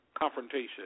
confrontation